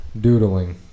Doodling